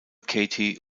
katie